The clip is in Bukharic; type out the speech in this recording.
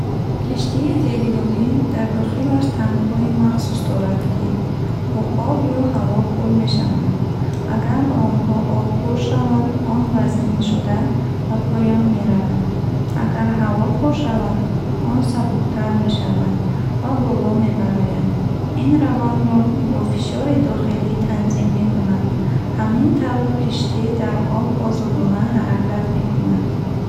Киштии зериобӣ дар дохилаш танкҳои махсус дорад, ки бо об ё ҳаво пур мешаванд. Агар ба онҳо об пур шавад, он вазнин шуда, ба поён меравад. Агар ҳаво пур шавад, он сабуктар мешавад ва боло мебарояд. Ин равандро бо фишори дохилӣ танзим мекунанд. Ҳамин тавр, киштӣ дар об озодона ҳаракат мекунад.